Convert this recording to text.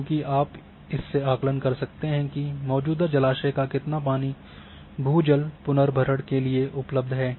क्योंकि आप इससे आकलन कर सकते हैं कि मौजूदा जलाशय का कितना पानी भू जल पुनर्भरण के लिए उपलब्ध है